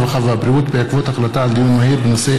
הרווחה והבריאות בעקבות דיון מהיר בהצעתם של חברי הכנסת יעקב אשר